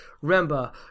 remember